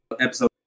Episode